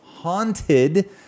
Haunted